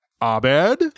Abed